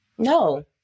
No